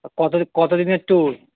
কত কত দিনের ট্যুর